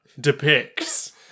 depicts